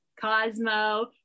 cosmo